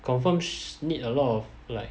confirm need a lot of like